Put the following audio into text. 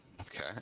Okay